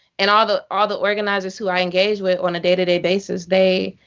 and all the all the organizers who i engage with on a day-to-day basis, they